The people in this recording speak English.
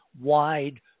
wide